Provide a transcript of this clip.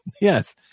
Yes